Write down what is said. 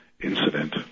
incident